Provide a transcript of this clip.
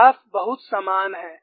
graph बहुत समान है